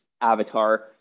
avatar